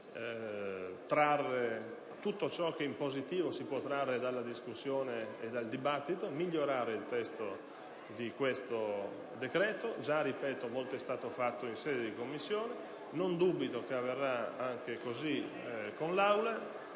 sappia trarre tutto ciò che di positivo si può trarre dalla discussione e dal dibattito, migliorando il testo di questo decreto. Ripeto, già molto è stato fatto in sede di Commissione e non dubito che ciò avverrà anche in Aula.